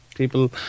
People